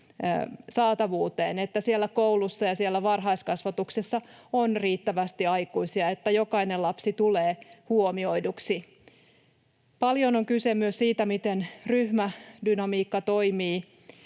saatavuuteen, että siellä kouluissa ja siellä varhaiskasvatuksessa on riittävästi aikuisia, että jokainen lapsi tulee huomioiduksi. Paljon on kyse myös siitä, miten ryhmädynamiikka toimii,